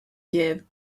gave